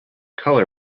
colour